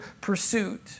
pursuit